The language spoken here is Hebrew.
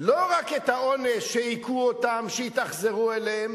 לא רק את העונש שהכו אותן, שהתאכזרו אליהן,